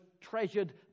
treasured